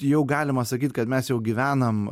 jau galima sakyt kad mes jau gyvenam